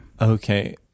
Okay